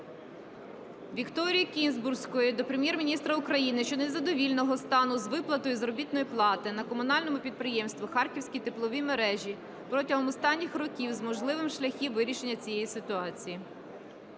Вікторії Кінзбурської до Прем'єр-міністра України щодо незадовільного стану з виплатою заробітної плати на комунальному підприємстві "Харківські теплові мережі" протягом останніх років й можливих шляхів вирішення цієї ситуації.